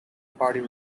party